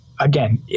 Again